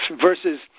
versus –